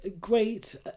great